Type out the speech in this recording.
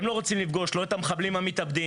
אתם לא רוצים לפגוש לא את המחבלים המתאבדים,